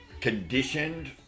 conditioned